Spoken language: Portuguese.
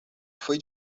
foi